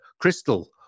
Crystal